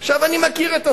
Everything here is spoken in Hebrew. עכשיו, אני מכיר את השר,